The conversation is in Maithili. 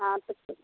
हँ तऽ